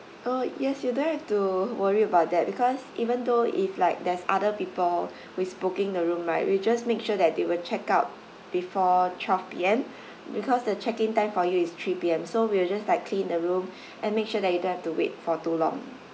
oh yes you don't have to worry about that because even though if like there's other people who is booking the room right we just make sure that they will check out before twelve P_M because the check in time for you is three P_M so we'll just like clean the room and make sure that you don't have to wait for too long